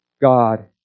God